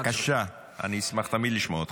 בבקשה, אני אשמח תמיד לשמוע אותך.